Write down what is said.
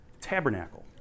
Tabernacle